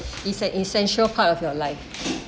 is an essential part of your life